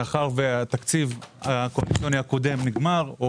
מאחר והתקציב הקואליציוני הקודם נגמר-